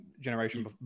generation